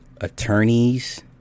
attorneys